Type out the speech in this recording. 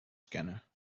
scannen